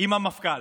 עם המפכ"ל.